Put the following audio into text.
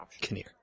Kinnear